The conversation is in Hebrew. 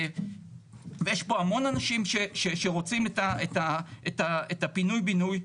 ויש פה המון אנשים שרוצים את הפינוי בינוי.